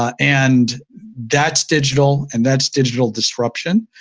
um and that's digital, and that's digital disruption.